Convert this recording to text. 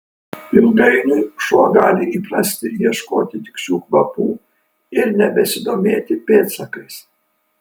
ilgainiui šuo gali įprasti ieškoti tik šių kvapų ir nebesidomėti pėdsakais